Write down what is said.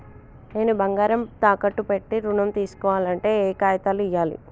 నేను బంగారం తాకట్టు పెట్టి ఋణం తీస్కోవాలంటే ఏయే కాగితాలు ఇయ్యాలి?